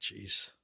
jeez